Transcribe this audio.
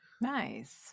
Nice